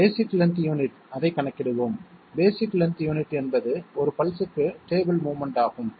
எனவே basic length unit அதைக் கணக்கிடுவோம் பேஸிக் லென்த் யூனிட் என்பது ஒரு பல்ஸ்க்கு டேபிள் மோவ்மென்ட் ஆகும்